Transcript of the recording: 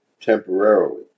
temporarily